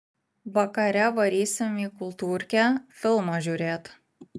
vakare varysim į kultūrkę filmo žiūrėt